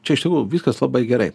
čia iš tikrųjų viskas labai gerai